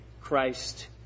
Christ